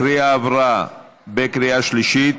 הצעת החוק עברה בקריאה שלישית.